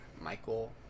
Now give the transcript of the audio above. Michael